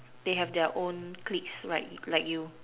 they have their own cliques like like you